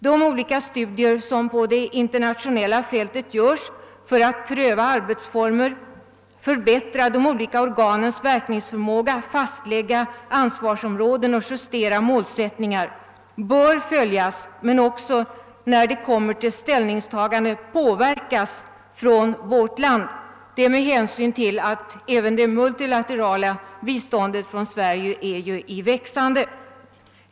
De olika studier som på det internationella fältet görs för att pröva arbetsformer, förbättra de olika organens verkningsförmåga, fastlägga ansvarsområden och justera målsättningar bör följas men också, när det kommer till ett ställningstagande, påverkas från vårt land, detta med hänsyn till att även det multilaterala biståndet från Sverige är i växande.